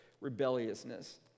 rebelliousness